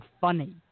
funny